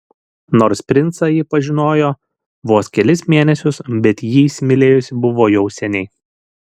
nors princą ji pažinojo vos kelis mėnesius bet jį įsimylėjusi buvo jau seniai